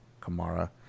Kamara